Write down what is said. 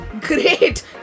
great